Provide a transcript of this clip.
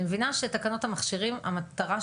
אני מבינה שהמטרה של תקנות המכשירים היא